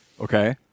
okay